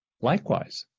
Likewise